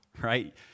right